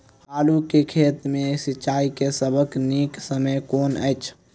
आलु केँ खेत मे सिंचाई केँ सबसँ नीक समय कुन अछि?